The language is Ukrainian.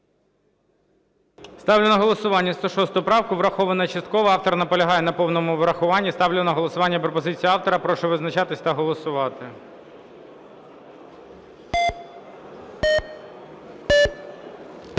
Ставлю на голосування 106 правку. Врахована частково. Автор наполягає на повному врахуванні. Ставлю на голосування пропозицію автора. Прошу визначатись та голосувати.